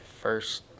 first